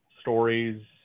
stories